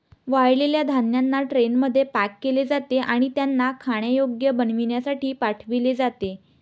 वाळलेल्या धान्यांना ट्रेनमध्ये पॅक केले जाते आणि त्यांना खाण्यायोग्य बनविण्यासाठी पाठविले जाते